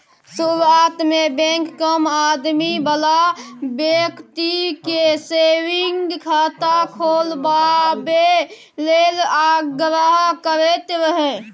शुरुआत मे बैंक कम आमदनी बला बेकती केँ सेबिंग खाता खोलबाबए लेल आग्रह करैत रहय